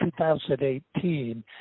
2018